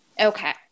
Okay